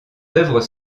œuvres